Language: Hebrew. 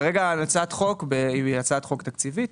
כרגע הצעת החוק היא הצעת חוק תקציבית